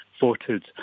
voted